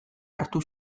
hartu